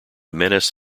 menace